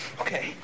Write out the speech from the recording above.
Okay